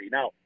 Now